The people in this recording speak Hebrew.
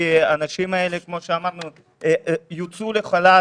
כי האנשים האלה כמו שאמרנו יוצאו לחל"ת.